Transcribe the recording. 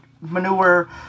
manure